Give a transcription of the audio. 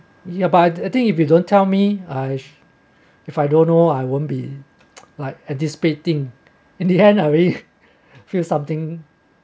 ya but I think if you don't tell me I if I don't know I won't be like anticipating in the end I will feel something